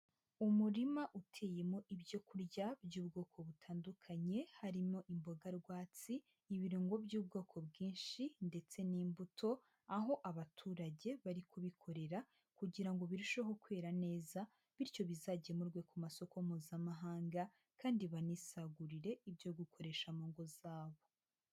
Umurima uteyemo ibyo kurya by'ubwoko butandukanye harimo imboga rwatsi, ibirungo by'ubwoko bwinshi ndetse n'imbuto, aho abaturage bari kubikorera kugira ngo birusheho kwera neza bityo bizagemurwe ku masoko mpuzamahanga kandi banisagurire ibyo gukoresha mu ngo zabo.